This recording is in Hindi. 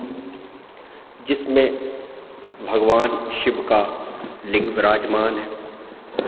जिसमें भगवान शिव का लिंग विराजमान है